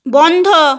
বন্ধ